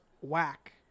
whack